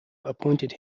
appointed